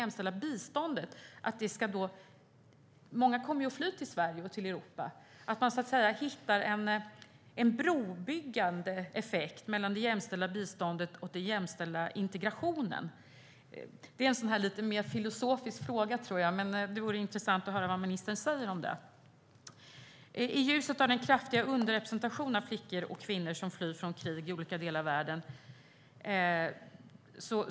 Många kommer att fly till Sverige och Europa. Går det att hitta en brobyggande effekt mellan det jämställda biståndet och den jämställda integrationen? Det är en mer filosofisk fråga, men det vore intressant att höra vad ministern säger om detta. Det är en kraftig underrepresentation av flickor och kvinnor som flyr från krig i olika delar av världen.